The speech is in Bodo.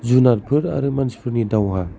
जुनारफोर आरो मानसिफोरनि दावहा